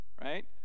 right